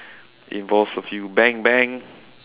involves a few bang bang